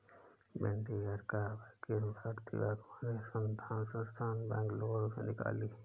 भिंडी की अर्का अभय किस्म भारतीय बागवानी अनुसंधान संस्थान, बैंगलोर ने निकाली